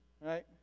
Right